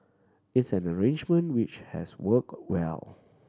it's an arrangement which has work well